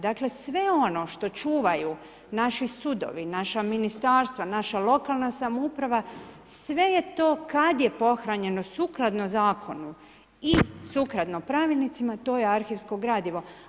Dakle, sve ono što čuvaju naši sudovi, naša ministarstva, naša lokalna samouprava, sve je to kada je pohranjeno sukladno zakonu i sukladno pravilnicima to je arhivsko gradivo.